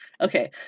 Okay